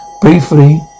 Briefly